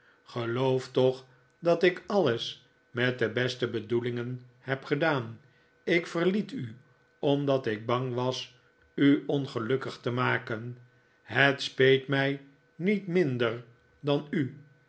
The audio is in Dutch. geloof toch dat ik alles met de beste bedoelingen heb gedaan ik verliet u omdat ik bang was u ongelukkig te maken het speet mij niet minder dan u